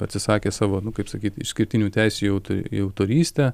atsisakė savo nu kaip sakyt išskirtinių teisių jau tai į autorystę